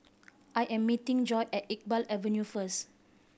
I am meeting Joi at Iqbal Avenue first